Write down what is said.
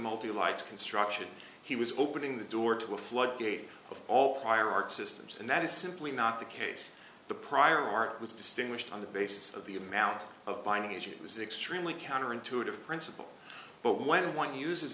multi lights construction he was opening the door to a floodgate of all prior art systems and that is simply not the case the prior art was distinguished on the basis of the amount of buying it was extremely counter intuitive principle but when one uses